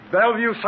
Bellevue